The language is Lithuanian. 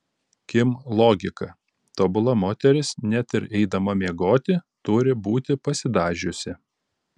kim logika tobula moteris net ir eidama miegoti turi būti pasidažiusi